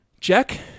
Jack